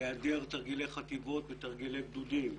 בהיעדר תרגילי חטיבות וגדודים,